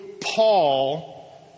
Paul